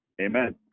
Amen